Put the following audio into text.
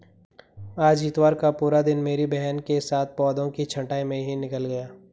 आज इतवार का पूरा दिन मेरी बहन के साथ पौधों की छंटाई में ही निकल गया